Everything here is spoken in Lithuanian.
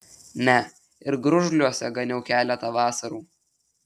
ne ir gružliuose ganiau keletą vasarų